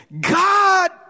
God